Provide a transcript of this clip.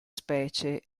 specie